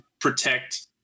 protect